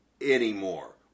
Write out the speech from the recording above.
anymore